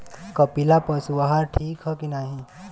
कपिला पशु आहार ठीक ह कि नाही?